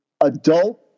adult